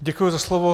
Děkuji za slovo.